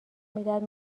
میدهد